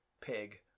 pig